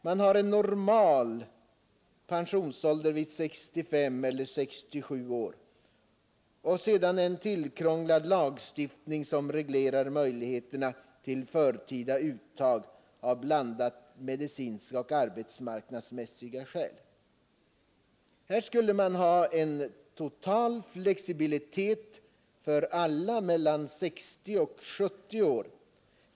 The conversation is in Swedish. Man har en normal” pensionsålder vid 65 eller 67 år och sedan en tillkrånglad lagstiftning som reglerar möjligheterna till förtida uttag av blandat medicinska och arbetsmarknadsmässiga skäl. Här skulle man ha en total flexibilitet för alla mellan 60 och 70 år.